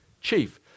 Chief